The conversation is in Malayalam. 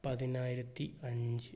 പതിനായിരത്തി അഞ്ച്